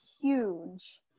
huge